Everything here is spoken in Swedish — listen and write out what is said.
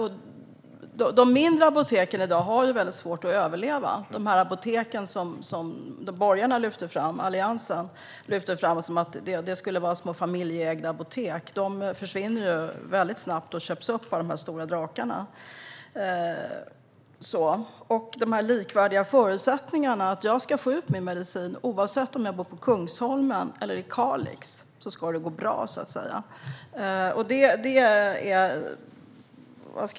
De mindre apoteken har i dag väldigt svårt att överleva. Det var de apoteken som borgarna och Alliansen lyfte fram och som skulle vara små familjeägda apotek. De försvinner väldigt snabbt och köps upp av de stora drakarna. Det handlar om de likvärdiga förutsättningarna. Jag ska få ut min medicin. Oavsett om jag bor på Kungsholmen eller i Kalix ska det gå bra.